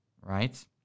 right